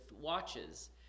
watches